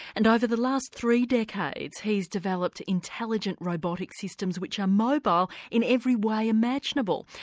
and over the last three decades he's developed intelligent robotic systems which are mobile in every way imaginable.